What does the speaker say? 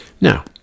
now